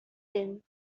din